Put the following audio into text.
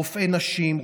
רופאי נשים,